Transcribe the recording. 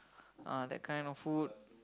uh that kind of food